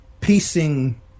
piecing